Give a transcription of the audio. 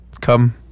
come